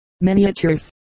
miniatures